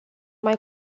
mai